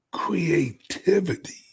Creativity